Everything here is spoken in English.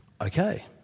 Okay